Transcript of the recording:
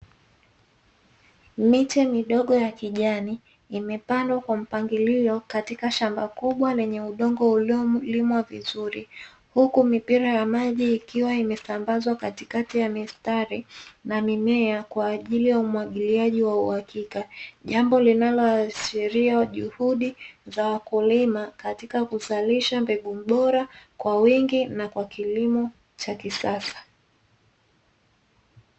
Miche midogo ya kijani, imepandwa kwa mpangilio katika shamba kubwa lenye udongo uliyolimwa vizuri, huku mipira ya maji ikiwa imesambazwa katikati ya mistari ya mimea kwa ajili ya umwagiliaji wa uhakika. Jambo linaloashiria juhudi za wakulima katika kuzalisha mbegu bora kwa wingi na kwa kilimo cha kisasa.